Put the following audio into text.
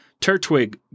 Turtwig